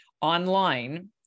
online